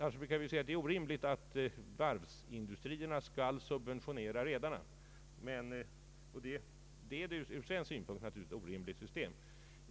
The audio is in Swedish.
Vi brukar ju säga att det är orimligt att varvsindustrin skall subventionera redarna, och ur svensk synpunkt är det naturligtvis ett orimligt system.